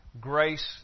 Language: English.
grace